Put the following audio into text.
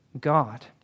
God